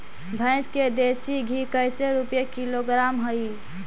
भैंस के देसी घी कैसे रूपये किलोग्राम हई?